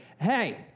Hey